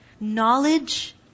Knowledge